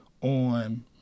on